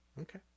Okay